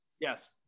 Yes